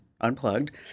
unplugged